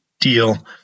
deal